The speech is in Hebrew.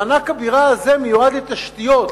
מענק הבירה הזה מיועד לתשתיות,